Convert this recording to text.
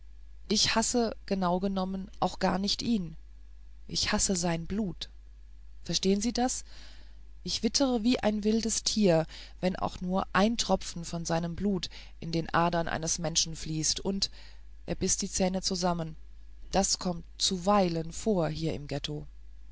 ich hasse genaugenommen auch gar nicht ihn ich hasse sein blut verstehen sie das ich wittere wie ein wildes tier wenn auch nur ein tropfen von seinem blut in den adern eines menschen fließt und er biß die zähne zusammen das kommt zuweilen vor hier im